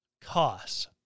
costs